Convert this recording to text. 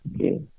Okay